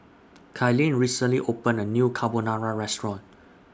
Kylene recently opened A New Carbonara Restaurant